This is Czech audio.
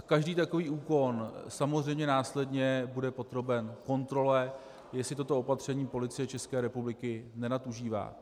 Každý takový úkon samozřejmě následně bude podroben kontrole, jestli toto opatření Policie České republiky nenadužívá.